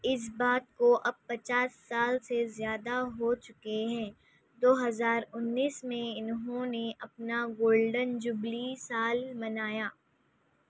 اس بات کو اب پچاس سال سے زیادہ ہو چکے ہیں دو ہزار انیس میں انہوں نے اپنا گولڈن جبلی سال منایا